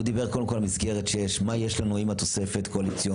הוא דיבר קודם כל על מסגרת מה יש לנו עם התוספת הקואליציונית.